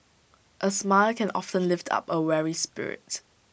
A smile can often lift up A weary spirit